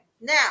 now